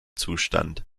zustand